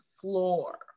floor